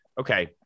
okay